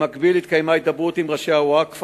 במקביל התקיימה הידברות עם ראשי הווקף,